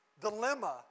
dilemma